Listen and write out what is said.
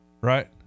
Right